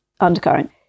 undercurrent